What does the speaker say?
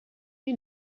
you